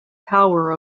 power